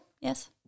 Yes